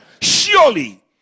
surely